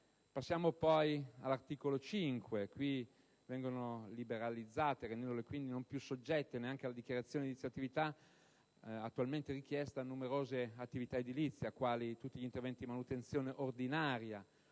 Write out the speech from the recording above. Passiamo poi all'articolo 5: qui vengono liberalizzate, rendendole quindi non più soggette neanche alla dichiarazione di inizio attività attualmente richiesta, numerose attività edilizie quali tutti gli interventi di manutenzione ordinaria